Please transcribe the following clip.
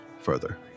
further